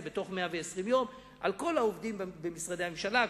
בתוך 120 יום על כל העובדים במשרדי הממשלה,